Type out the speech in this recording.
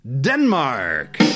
Denmark